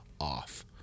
off